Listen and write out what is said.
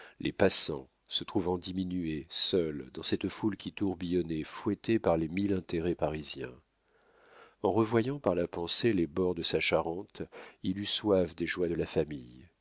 les passants se trouvant diminué seul dans cette foule qui tourbillonnait fouettée par les mille intérêts parisiens en revoyant par la pensée les bords de sa charente il eut soif des joies de la famille